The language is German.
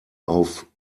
auf